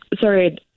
sorry